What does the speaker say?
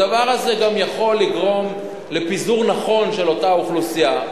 הדבר הזה גם יכול לגרום לפיזור נכון של אותה אוכלוסייה,